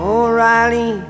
O'Reilly